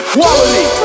Quality